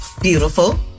beautiful